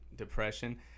depression